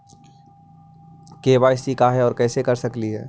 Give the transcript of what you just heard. KYC का है, और कैसे कर सकली हे?